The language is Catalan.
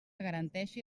garanteixi